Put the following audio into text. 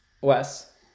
Wes